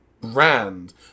brand